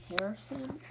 Harrison